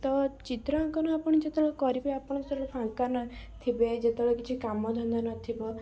ତ ଚିତ୍ରାଙ୍କନ ଆପଣ ଯେତେବେଳେ କରିବେ ଆପଣ ସେତେବେଳେ ଫାଙ୍କା ନ ଥିବେ ଯେତେବେଳେ କିଛି କାମଧନ୍ଦା ନଥିବ